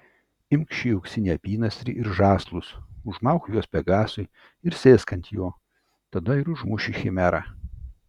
imk šį auksinį apynasrį ir žąslus užmauk juos pegasui ir sėsk ant jo tada ir užmuši chimerą